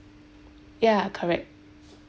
ya correct